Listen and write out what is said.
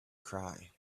cry